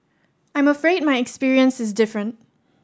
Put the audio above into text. I'm afraid my experience is different